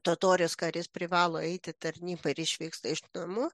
totoris karys privalo eiti tarnybą ir išvyksta iš namų